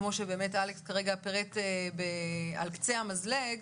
כמו שאלכס פירט על קצה המזלג,